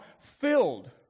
filled